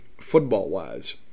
football-wise